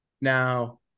Now